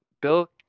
Bill